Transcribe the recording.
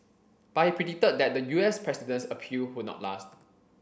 but he predicted that the U S president's appeal would not last